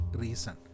reason